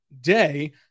day